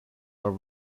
are